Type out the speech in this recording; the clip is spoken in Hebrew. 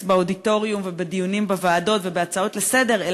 באודיטוריום ובדיונים בוועדות ובהצעות לסדר-היום,